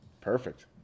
perfect